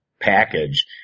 package